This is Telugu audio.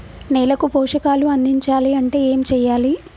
నేలకు పోషకాలు అందించాలి అంటే ఏం చెయ్యాలి?